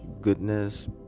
goodness